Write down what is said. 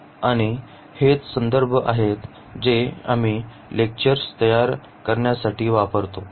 आणि हेच संदर्भ आहेत जे आम्ही लेक्चर तयार करण्यासाठी वापरतो